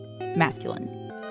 masculine